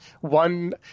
One